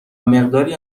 مقداری